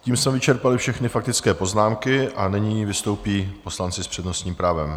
Tím jsme vyčerpali všechny faktické poznámky a nyní vystoupí poslanci s přednostním právem.